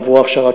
הם עברו הכשרה,